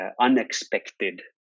unexpected